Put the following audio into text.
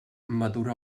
madura